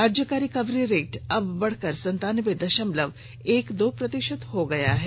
राज्य का recovery rate अब बढ़कर संतानबे दशमलव एक दो प्रतिशत हो गयी है